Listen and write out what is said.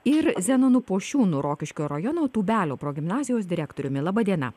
ir zenonu pošiūnu rokiškio rajono tūbelio progimnazijos direktoriumi laba diena